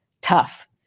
tough